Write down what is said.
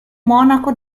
monaco